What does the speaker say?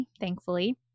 thankfully